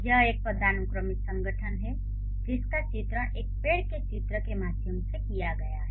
यह एक पदानुक्रमित संगठन है जिसका चित्रण एक पेड़ के चित्र के माध्यम से किया गया है